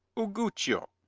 uguccio